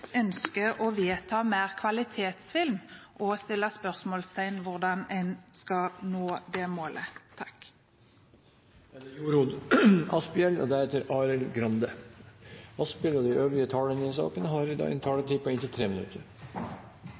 ønsker å vedta mer kvalitetsfilm, og jeg stiller spørsmålet: Hvordan skal en nå det målet? De talere som heretter får ordet, har en taletid på inntil 3 minutter. Som leder av utvalget for kunnskap og